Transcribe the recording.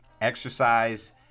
exercise